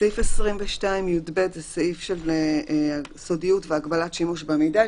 סעיף 22(יב) זה סעיף של סודיות והגבלת שימוש במידע,